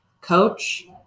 coach